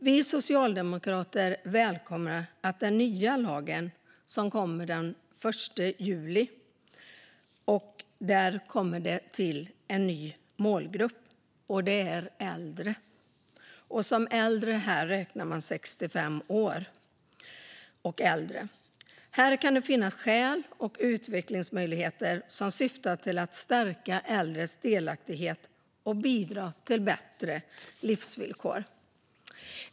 Vi socialdemokrater välkomnar att det i den nya lagen, som kommer den 1 juli, blir en ny målgrupp: äldre. Som äldre räknas 65 år och uppåt. Här kan det finnas skäl och utvecklingsmöjligheter som syftar till att stärka äldres delaktighet och bidra till bättre livsvillkor.